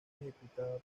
ejecutada